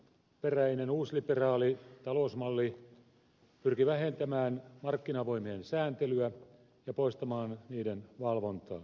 amerikkalaisperäinen uusliberaali talousmalli pyrki vähentämään markkinavoimien sääntelyä ja poistamaan niiden valvontaa